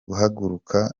guhaguruka